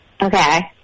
Okay